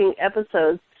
episodes